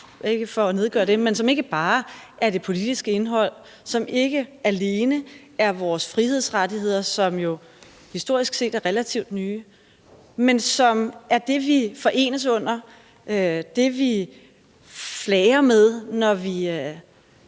ikke for at nedgøre det – er det politiske indhold og ikke alene vores frihedsrettigheder, som jo historisk set er relativt nye, men det, vi forenes under? Er det ikke det, vi flager med, når vi